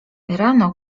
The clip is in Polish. rano